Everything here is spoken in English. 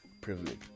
privilege